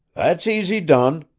that's easy done,